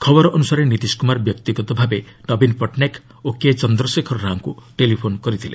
ଖବର ଅନୁସାରେ ନୀତିଶ କୁମାର ବ୍ୟକ୍ତିଗତ ଭାବେ ନବୀନ ପଟ୍ଟନାୟକ ଓ କେ ଚନ୍ଦ୍ରଶେଖର ରାଓଙ୍କୁ ଟେଲିଫୋନ୍ କରିଥିଲେ